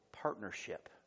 partnership